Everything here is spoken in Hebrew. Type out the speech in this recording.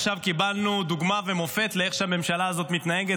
עכשיו קיבלנו דוגמה ומופת לאיך שהממשלה הזאת מתנהגת.